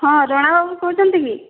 ହଁ ରଣା ବାବୁ କହୁଛନ୍ତି କି